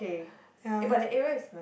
yeah